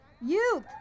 Youth